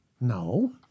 No